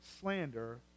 slander